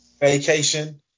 vacation